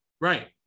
Right